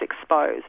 exposed